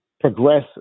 progress